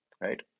right